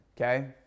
okay